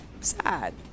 sad